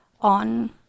on